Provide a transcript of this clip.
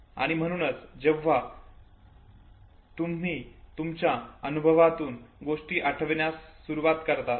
आणि म्हणूनच जेव्हा तुम्ही तुमच्या अनुभवातून गोष्टी आठवण्यास सुरवात करता